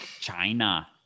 China